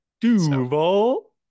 Duval